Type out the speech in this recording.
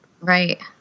Right